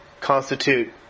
constitute